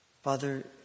Father